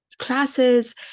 classes